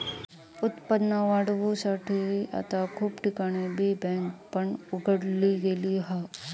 उत्पन्न वाढवुसाठी आता खूप ठिकाणी बी बँक पण उघडली गेली हा